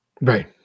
Right